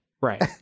Right